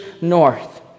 North